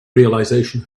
realization